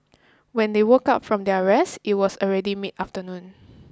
when they woke up from their rest it was already mid afternoon